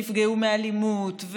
שנפגעו מאלימות,